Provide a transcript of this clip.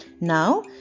Now